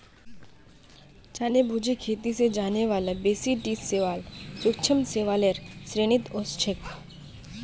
जानेबुझे खेती स जाने बाला बेसी टी शैवाल सूक्ष्म शैवालेर श्रेणीत ओसेक छेक